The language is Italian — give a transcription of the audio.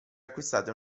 acquistate